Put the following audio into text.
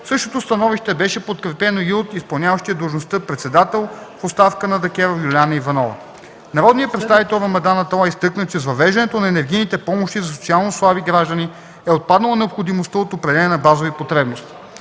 Същото становище беше подкрепено и от изпълняващия длъжността председател в оставка на ДКЕВР Юлиана Иванова. Народният представител Рамадан Аталай изтъкна, че с въвеждането на енергийните помощи за социално слаби граждани е отпаднала необходимостта от определяне на базови потребности.